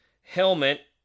Helmet